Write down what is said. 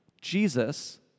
Jesus